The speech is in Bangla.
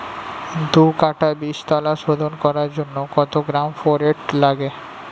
দু কাটা বীজতলা শোধন করার জন্য কত গ্রাম ফোরেট লাগে?